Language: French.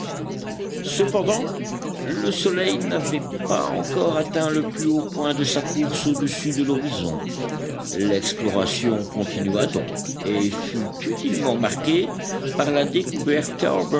cependant le soleil n'avait pas encore atteint le plus haut point de sa course au-dessus de l'horizon l'exploration continua donc et fut utilement marquée par la découverte